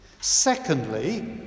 Secondly